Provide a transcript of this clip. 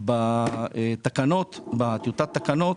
בטיוטת התקנות